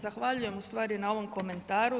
Zahvaljujem ustvari na ovom komentaru.